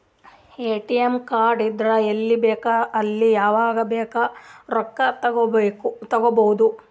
ATM card ಇದ್ದುರ್ ಎಲ್ಲಿ ಬೇಕ್ ಅಲ್ಲಿ ಯಾವಾಗ್ ಅವಾಗ್ ರೊಕ್ಕಾ ತೆಕ್ಕೋಭೌದು